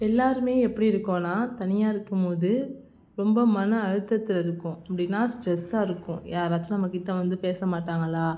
எல்லாருமே எப்படி இருக்கோம்னா தனியாக இருக்கும்போது ரொம்ப மன அழுத்தத்துல இருக்கோம் அப்படின்னா ஸ்ட்ரெஸ்ஸாக இருக்கும் யாராச்சும் நம்மகிட்ட வந்து பேசமாட்டாங்களா